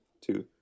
two